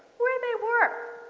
where they work.